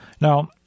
Now